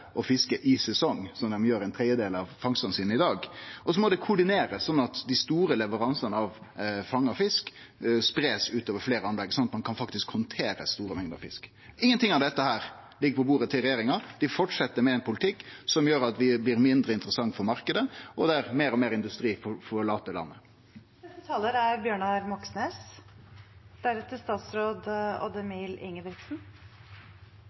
å fiske i sesong, som dei gjer med ein tredjedel av fangstane sine i dag. Det må koordinerast slik at dei store leveransane av fanga fisk blir spreidde ut over fleire anlegg og ein faktisk kan handtere store mengder fisk. Ingenting av dette ligg på bordet til regjeringa. Dei fortset med ein politikk som gjer at vi blir mindre interessante for marknaden, og der meir og meir industri forlèt landet. Bare 5 pst. av trålerflåten og den havgående lineflåtens kvoter ble i 2018 landet